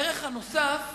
הערך הנוסף,